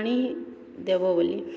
ଆଣିଦେବ ବୋଲି